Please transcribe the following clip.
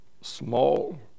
small